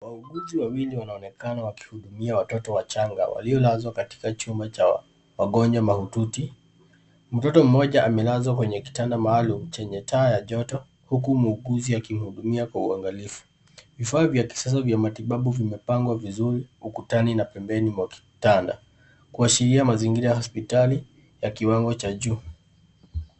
Wauguzi wawili wanaonekana wakihudumia watoto wachanga waliolazwa katika chumba cha wagonjwa mahututi. Mtoto mmoja amelazwa kwenye kitanda maalum chenye taa ya joto huku muuguzi akimuhudumia kwa uangalifu. Vifaa vya kisasa vya matibabu vimepangwa vizuri ukutani na pembeni mwa kitanda kuashiria mazingira ya hospitali ya kiwango cha juu.